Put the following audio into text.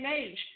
age